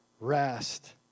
Rest